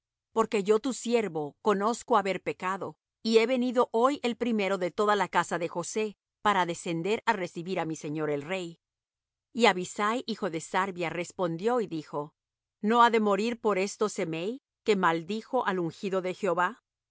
porque yo tu siervo conozco haber pecado y he venido hoy el primero de toda la casa de josé para descender á recibir á mi señor el rey y abisai hijo de sarvia responidió y dijo no ha de morir por esto semei que maldijo al ungido de jehová